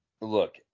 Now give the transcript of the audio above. Look